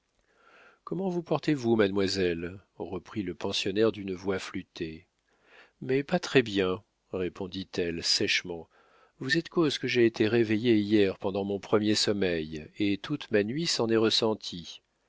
comment vous portez-vous mademoiselle reprit le pensionnaire d'une voix flûtée mais pas très-bien répondit-elle sèchement vous êtes cause que j'ai été réveillée hier pendant mon premier sommeil et toute ma nuit s'en est ressentie